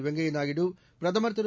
வெங்கைய நாயுடு பிரதமர் திரு